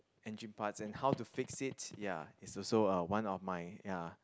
engine parts and how to fix it ya it's also uh one of my ya